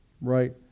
right